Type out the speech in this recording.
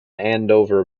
andover